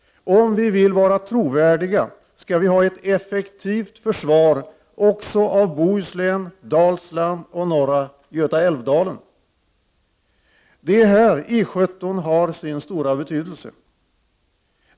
Om vi vill vara trovärdiga skall vi ha ett effektivt försvar också av 61 Bohuslän, Dalsland och norra Götaälvdalen. Det är här I 17 har sin stora betydelse.